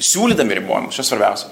siūlydami ribojimus čia svarbiausia